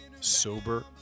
Sober